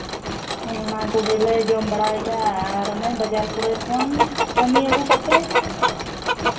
ᱚᱱ ᱚᱱᱟ ᱠᱚᱜᱮᱞᱮ ᱡᱚᱢᱼᱵᱟᱲᱟᱭᱮᱫᱼᱟ ᱟᱨ ᱚᱱᱮ ᱵᱟᱡᱟᱨ ᱠᱚᱨᱮ ᱠᱷᱚᱱ ᱠᱟᱹᱢᱤ ᱟᱹᱜᱩ ᱠᱟᱛᱮᱫ